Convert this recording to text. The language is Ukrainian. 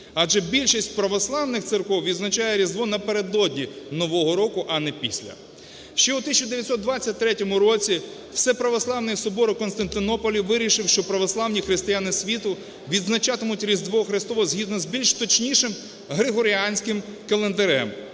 адже більшість православних церков відзначає Різдво напередодні Нового року, а не після. Ще у 1923 році Всеправославний собор у Константинополі вирішив, що православні християни світу відзначатимуть Різдво Хрестове, згідно з більш точнішим григоріанським календарем.